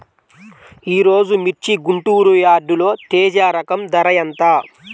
ఈరోజు మిర్చి గుంటూరు యార్డులో తేజ రకం ధర ఎంత?